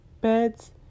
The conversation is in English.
beds